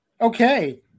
okay